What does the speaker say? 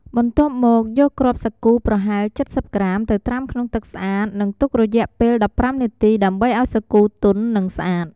បន្ទាប់មកយកគ្រាប់សាគូប្រហែល ៧០ ក្រាមទៅត្រាំក្នុងទឹកស្អាត និងទុករយៈពេល ១៥ នាទី ដើម្បីឱ្យសាគូទន់ និងស្អាត។